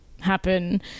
happen